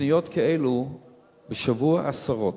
פניות כאלה בשבוע, עשרות.